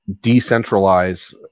decentralize